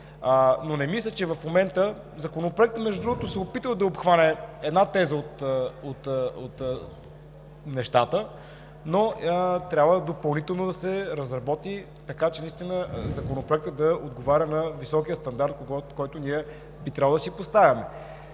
Но не мисля, че в момента… Законопроектът, между другото, се опитва да обхване една теза от нещата, но трябва допълнително да се разработи, така че наистина Законопроектът да отговаря на високия стандарт, който ние би трябвало да си поставяме.